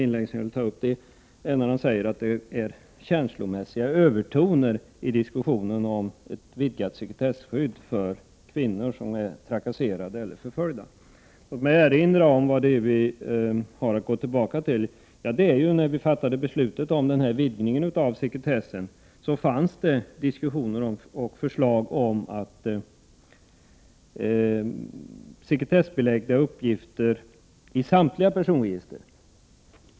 hållanden m.m. Olle Svensson säger vidare att det förekommer känslomässiga övertoner i diskussionen om ett vidgat sekretesskydd för kvinnor som är trakasserade eller förföljda. Vi har att gå tillbaka till beslutet om en utvidgning av detta sekretesskydd. I den diskussion som föregick detta beslut framlades förslag om att sekretessbelägga uppgifter i samtliga personregister.